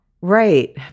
Right